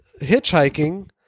hitchhiking